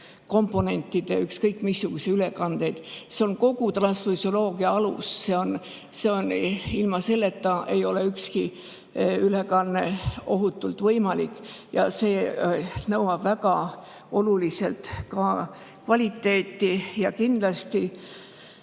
verekomponentide ükskõik missuguseid ülekandeid. See on kogu transfusioloogia alus, ilma selleta ei ole ükski ülekanne ohutult võimalik ja see nõuab väga oluliselt ka kvaliteeti. Ja kindlasti